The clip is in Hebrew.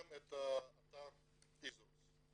כשקניתם את האתר ISROS,